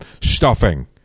stuffing